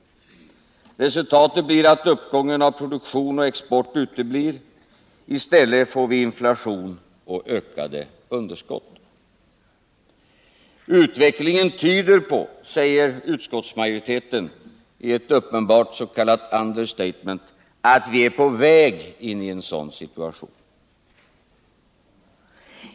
Resultatet blir att uppgången av produktion och export uteblir. I stället får vi inflation och ökade underskott. Utvecklingen tyder på, säger utskottsmajoriteten i ett uppenbart s.k. understatement, att vi är på väg in i en sådan situation.